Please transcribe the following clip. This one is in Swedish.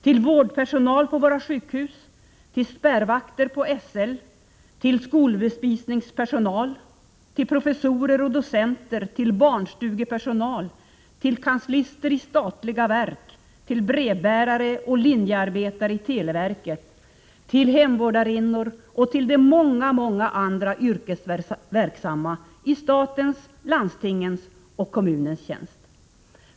Till vårdpersonal på våra sjukhus, till spärrvakter hos SL, till skolbespisningspersonal, till professorer och docenter, till barnstugepersonal, till kanslister i statliga verk, till brevbärare och till linjearbetare i televerket, till hemvårdarinnor och till de många, många andra yrkesverksamma i statens, i landstingens och i kommunernas tjänst.